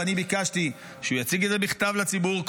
ואני ביקשתי שהוא יציג את זה בכתב לציבור.